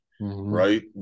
right